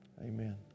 amen